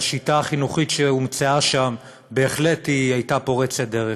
והשיטה החינוכית שהומצאה שם בהחלט הייתה פורצת דרך.